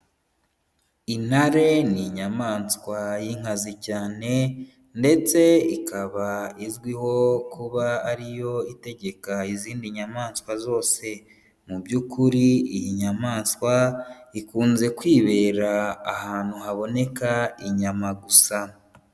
Intare ni inyamaswa y'inkazi cyane ndetse ikaba izwiho kuba ariyo itegeka izindi nyamaswa zose. Mu by'ukuri iyi nyamaswa ikunze kwibera ahantu haboneka inyama gusa.